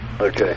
Okay